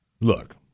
look